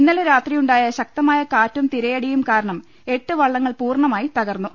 ഇന്നലെ രാത്രിയുണ്ടായ ശക്തമായ കാറ്റും തിരയടിയും കാരണം എട്ട് വള്ളങ്ങൾ പൂർണമായി തകർന്നു